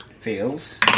fails